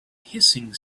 hissing